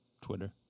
Twitter